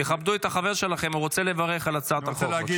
תכבדו את החבר שלכם, הוא רוצה לברך על הצעת החוק.